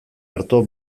arto